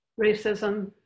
racism